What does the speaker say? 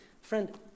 Friend